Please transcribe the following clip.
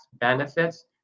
benefits